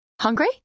Hungry